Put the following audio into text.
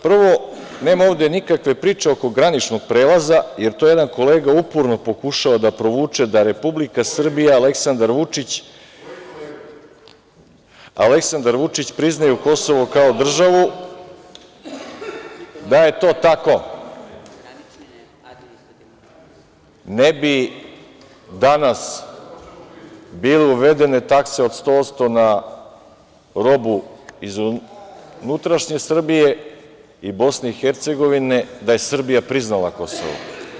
Prvo, nema ovde nikakve priče oko graničnog prelaza, jer to jedan kolega uporno pokušava da provuče da Republika Srbija i Aleksandar Vučić priznaju Kosovo kao državu. (Aleksandar Šešelj: Koji kolega?) Da je to tako ne bi danas bile uvedene takse od 100% na robu iz unutrašnje Srbije i Bosne i Hercegovine, da je Srbija priznala Kosovo.